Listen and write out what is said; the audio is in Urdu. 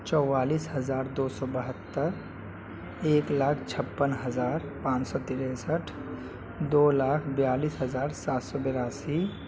چوالیس ہزار دو سو بہتر ایک لاکھ چھپن ہزار پانچ سو تریسٹھ دو لاکھ بیالیس ہزار سات سو براسی